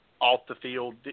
off-the-field